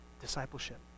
discipleship